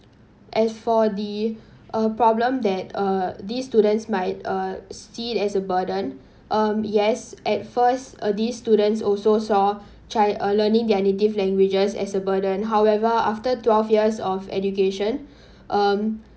as for the uh problem that uh these students might uh see as a burden um yes at first uh these students also saw chi~ uh learning their native languages as a burden however after twelve years of education um